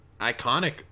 iconic